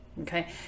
Okay